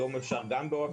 היום גם אפשר באפליקציה,